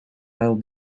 will